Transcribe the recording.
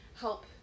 help